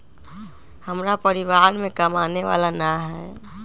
हमरा परिवार में कमाने वाला ना है?